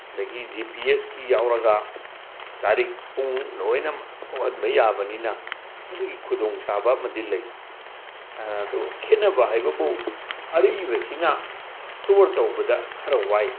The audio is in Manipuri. ꯑꯗꯒꯤ ꯖꯤ ꯄꯤ ꯑꯦꯁꯀꯤ ꯌꯥꯎꯔꯒ ꯇꯥꯔꯤꯛ ꯄꯨꯡ ꯂꯣꯏꯅꯃꯛ ꯊꯣꯛꯍꯟꯕ ꯌꯥꯕꯅꯤꯅ ꯃꯗꯨꯒꯤ ꯈꯨꯗꯣꯡꯆꯥꯕ ꯑꯃꯗꯤ ꯂꯩ ꯑꯗꯣ ꯈꯦꯅꯕ ꯍꯥꯏꯕꯕꯨ ꯑꯔꯤꯕꯁꯤꯅ ꯁ꯭ꯇꯣꯔ ꯇꯧꯕꯗ ꯈꯔ ꯋꯥꯏ